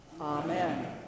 amen